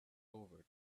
over